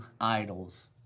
idols